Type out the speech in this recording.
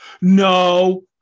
No